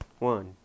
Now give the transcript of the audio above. One